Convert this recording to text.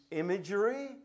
imagery